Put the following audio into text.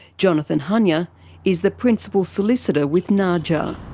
jonathon hunyor is the principal solicitor with naaja.